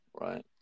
right